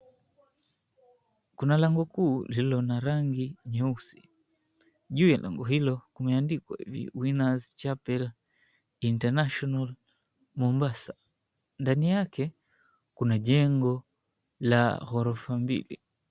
Kuna lango kuu lililo na rangi nyeusi. Juu ya lango hilo kumeandikwa hivi, Winners Chapel International Mombasa. Ndani yake kuna jengo la ghorofa mbili.